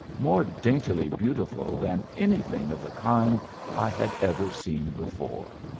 more daintily beautiful than anything of the kind i had ever seen before.